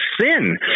sin